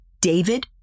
David